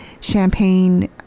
champagne